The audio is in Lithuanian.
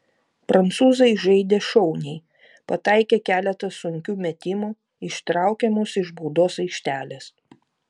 prancūzai žaidė šauniai pataikė keletą sunkių metimų ištraukė mus iš baudos aikštelės